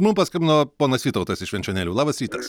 mum paskambino ponas vytautas iš švenčionėlių labas rytas